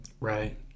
Right